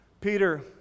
Peter